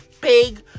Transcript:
big